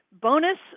bonus